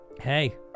Hey